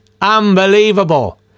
unbelievable